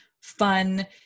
fun